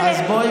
אז בואי,